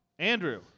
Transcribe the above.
Andrew